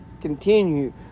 continue